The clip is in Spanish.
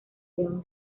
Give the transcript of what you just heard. león